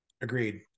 Agreed